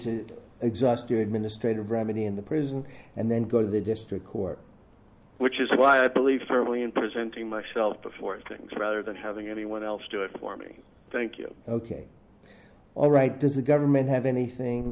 to exhaust do administrative remedy in the prison and then go to the district court which is why i believe firmly in presenting myself before things rather than having anyone else do it for me thank you ok all right does the government have anything